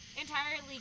entirely